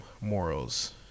morals